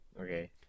Okay